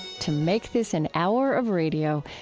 to make this an hour of radio,